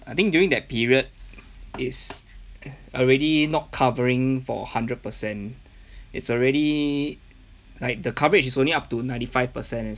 I think during that period is already not covering for hundred percent it's already like the coverage is only up to ninety five percent